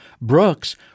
Brooks